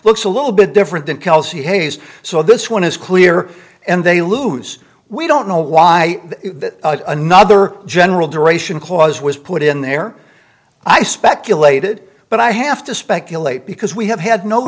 looks a little bit different than kelsey hayes so this one is clear and they lose we don't know why another general duration clause was put in there i speculated but i have to speculate because we have had no